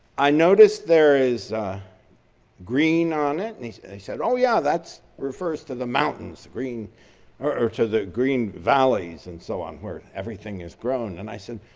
i noticed there is a green on it. and he said, oh yeah, that refers to the mountains, green or to the green valleys and so on where everything is growing. and i said,